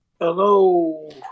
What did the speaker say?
hello